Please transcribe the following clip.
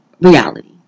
reality